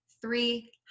Three